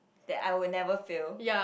that I will never fail